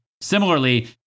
Similarly